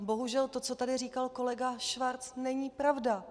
Bohužel, co tady říkal kolega Schwarz, není pravda.